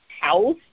house